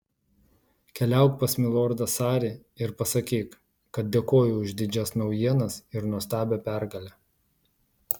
keliauk pas milordą sarį ir pasakyk kad dėkoju už didžias naujienas ir nuostabią pergalę